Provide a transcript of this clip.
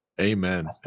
amen